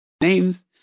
names